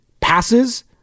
passes